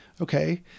Okay